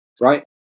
right